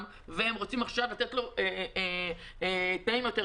והם רוצים עכשיו לתת לו תנאים טובים יותר,